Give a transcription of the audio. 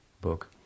book